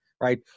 right